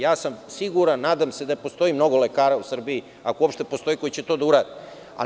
Ja sam siguran i nadam se da postoji mnogo lekara u Srbiji, ako uopšte postoji, koji će to da urade.